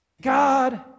God